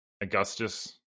Augustus